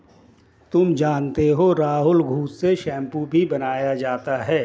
तुम जानते हो राहुल घुस से शैंपू भी बनाया जाता हैं